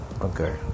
Okay